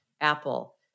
Apple